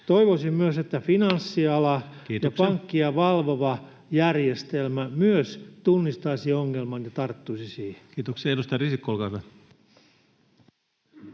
Toivoisin myös, että finanssiala [Puhemies: Kiitoksia!] ja pankkia valvova järjestelmä myös tunnistaisivat ongelman ja tarttuisivat siihen. Kiitoksia. — Edustaja Risikko, olkaa hyvä.